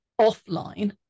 offline